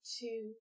two